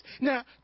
Now